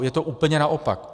Je to úplně naopak.